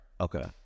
okay